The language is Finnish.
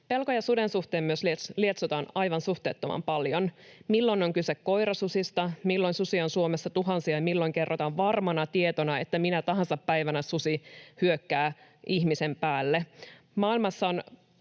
Pelkoja suden suhteen myös lietsotaan aivan suhteettoman paljon. Milloin on kyse koirasusista, milloin susia on Suomessa tuhansia, ja milloin kerrotaan varmana tietona, että minä tahansa päivänä susi hyökkää ihmisen päälle. Maailmassa on